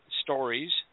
Stories